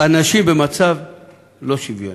אנשים במצב לא שוויוני.